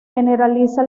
generaliza